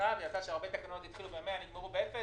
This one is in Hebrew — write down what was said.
וראתה שהרבה תקנות התחיל ב-100 ונגמרו באפס,